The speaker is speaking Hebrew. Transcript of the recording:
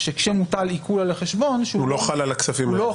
שכשמוטל עיקול על החשבון הוא לא חל על הכספים האלה.